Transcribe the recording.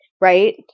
right